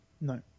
No